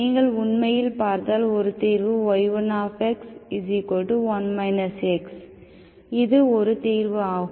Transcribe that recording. நீங்கள் உண்மையில் பார்த்தால் ஒரு தீர்வு y1x 1 x இது ஒரு தீர்வு ஆகும்